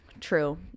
True